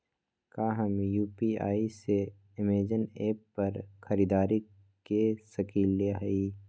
का हम यू.पी.आई से अमेजन ऐप पर खरीदारी के सकली हई?